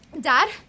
Dad